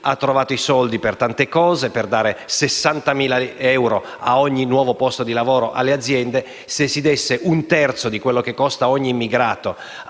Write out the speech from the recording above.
ha trovato i soldi per dare 60.000 euro per ogni nuovo posto di lavoro alle aziende. Se si desse un terzo di quello che costa ogni immigrato